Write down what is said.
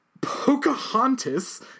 Pocahontas